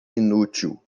inútil